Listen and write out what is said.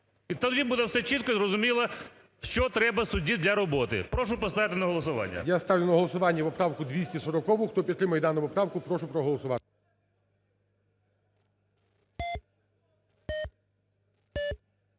тоді буде все чітко і зрозуміло, що треба судді для роботи. Прошу поставити на голосування. ГОЛОВУЮЧИЙ. Я ставлю на голосування поправку 240. Хто підтримує дану поправку, прошу проголосувати.